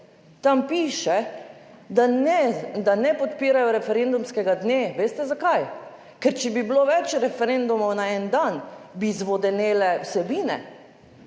da ne, da ne podpirajo referendumskega dne, veste zakaj? Ker, če bi bilo več referendumov na en dan, bi zvodenele vsebine,